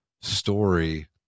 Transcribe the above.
story